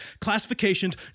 classifications